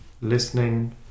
listening